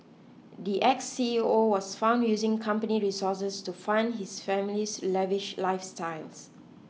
the ex C E O was found using company resources to fund his family's lavish lifestyles